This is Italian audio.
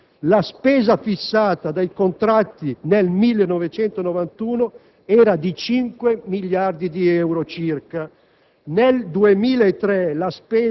Alta velocità Torino-Napoli, la spesa fissata dai contratti nel 1991 era di 5 miliardi di euro circa.